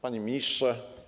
Panie Ministrze!